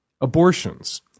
Abortions